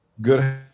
good